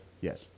yes